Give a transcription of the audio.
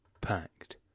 packed